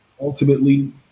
ultimately